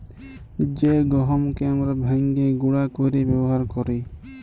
জ্যে গহমকে আমরা ভাইঙ্গে গুঁড়া কইরে ব্যাবহার কৈরি